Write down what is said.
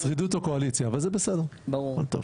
לשרידות הקואליציה, אבל זה בסדר, הכול טוב.